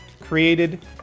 created